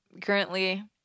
Currently